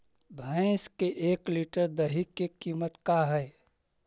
भैंस के एक लीटर दही के कीमत का है?